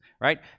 right